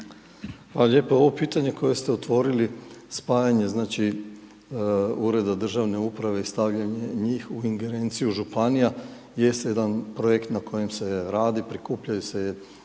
lijepo. Ovo pitanje koje ste otvorili, spajanje znači Ureda državne uprave i stavljanje njih u ingerenciju županija, jest jedan projekt na kojem se radi, prikupljaju se